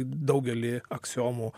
daugelį aksiomų